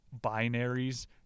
binaries